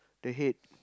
the head